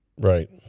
Right